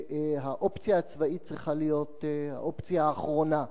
שהאופציה הצבאית צריכה להיות האופציה האחרונה,